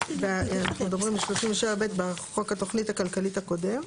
(37)(ב) אנחנו מדברים על (37)(ב) בחוק התוכנית הכלכלית הקודם.